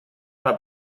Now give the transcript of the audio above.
una